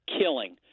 killing